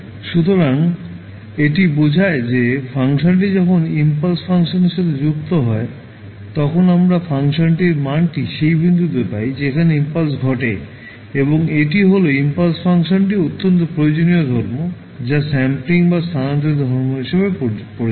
সুতরাং এটি বোঝায় যে ফাংশনটি যখন ইম্পালস ফাংশনের সাথে যুক্ত হয় তখন আমরা ফাংশনটির মানটি সেই বিন্দুতে পাই যেখানে ইম্পালস ঘটে এবং এটি হল ইম্পালস ফাংশনটির অত্যন্ত প্রয়োজনীয় ধর্ম যা স্যাম্পলিং বা স্থানান্তরিত ধর্ম হিসাবে পরিচিত